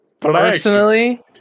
Personally